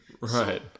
Right